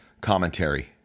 commentary